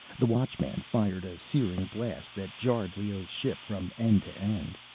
the watchman fired a searing blast that jarred leoh's ship from end to end.